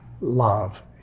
love